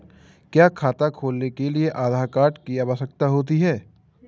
क्या खाता खोलने के लिए आधार कार्ड की आवश्यकता होती है?